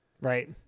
Right